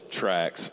tracks